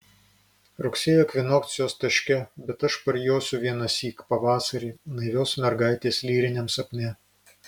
rugsėjo ekvinokcijos taške bet aš parjosiu vienąsyk pavasarį naivios mergaitės lyriniam sapne